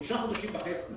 שלושה וחצי חודשים